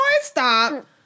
stop